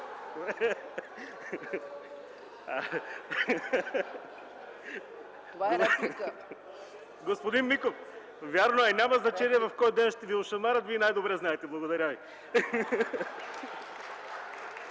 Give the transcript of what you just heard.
прав бяхте, господин Миков, вярно е – няма значение в кой ден ще ви ошамарят, вие най-добре знаете. Благодаря.